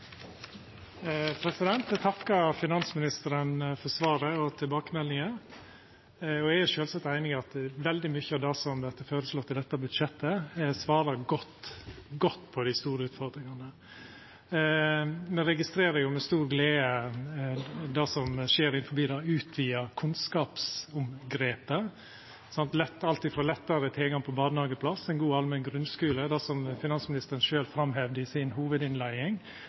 Eg takkar finansministeren for svaret og tilbakemeldinga. Eg er sjølvsagt einig i at veldig mykje av det som vert føreslått i dette budsjettet, svarar godt på dei store utfordringane. Me registrerer med stor glede det som skjer innanfor det utvida kunnskapsomgrepet: lettare tilgang på barnehageplass, ein god allmenn grunnskule, som finansministeren sjølv framheva i si hovudinnleiing,